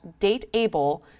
DateAble